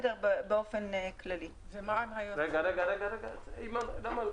מה היה